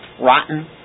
rotten